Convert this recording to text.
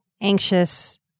anxious